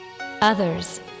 Others